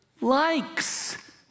likes